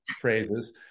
phrases